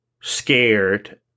scared